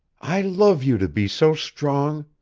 i love you to be so strong,